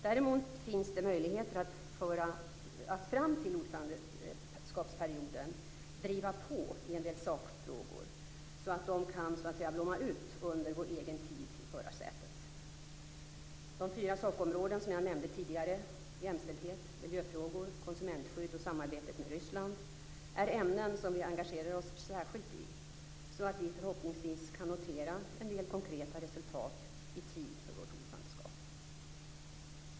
Däremot finns det möjligheter att fram till ordförandeskapsperioden driva på i en del sakfrågor så att de kan "blomma ut" under vår egen tid i förarsätet. De fyra sakområden som jag nämnde tidigare - jämställdhet, miljöfrågor, konsumentskydd och samarbetet med Ryssland - är ämnen som vi engagerar oss särskilt i, så att vi förhoppningsvis kan notera en del konkreta resultat i tid för vårt ordförandeskap.